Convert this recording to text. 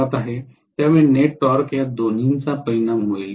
त्यामुळे net torque या दोन्हींचा परिणाम होईल